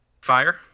Fire